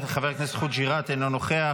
חבר הכנסת חוג'יראת, אינו נוכח.